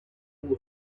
will